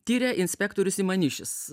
tiria inspektorius imanišis